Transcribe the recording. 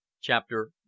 Chapter